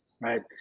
right